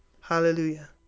Hallelujah